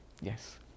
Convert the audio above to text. yes